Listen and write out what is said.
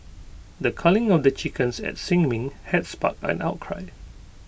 the culling of the chickens at sin Ming had sparked an outcry